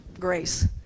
grace